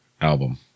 album